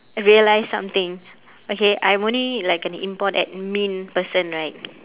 realized something okay I'm only like an import admin person right